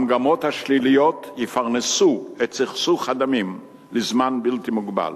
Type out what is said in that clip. המגמות השליליות יפרנסו את סכסוך הדמים לזמן בלתי מוגבל.